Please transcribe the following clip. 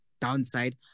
Downside